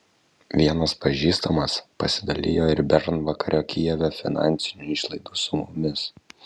vienas pažįstamas pasidalijo ir bernvakario kijeve finansinių išlaidų sumomis